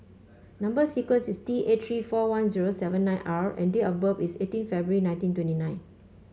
number sequence is T eight three four one zero seven nine R and date of birth is eighteen February nineteen twenty nine